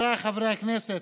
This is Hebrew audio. חבריי חברי הכנסת,